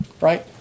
right